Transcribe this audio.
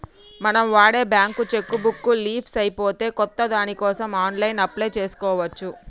మనం వాడే bank cheque book leafs అయిపోతే కొత్త దానికోసం ఆన్లైన్లో అప్లై చేసుకోవచ్చు